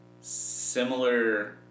similar